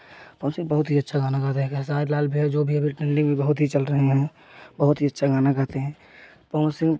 पवन सिंह बहुत ही अच्छा गाना गा रहे खेसारी लाल भैया जो अभी ट्रेंडिंग में चल रहे हैं बहुत ही अच्छा गाना गाते हैं पवन सिंह